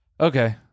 Okay